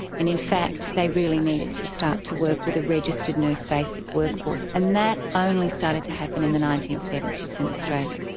and in fact they really needed to start to work with a registered nurse basic workforce, and that only started to happen in the nineteen seventy s in australia.